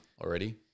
already